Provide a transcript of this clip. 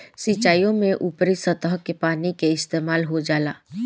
सिंचाईओ में ऊपरी सतह के पानी के इस्तेमाल हो जाला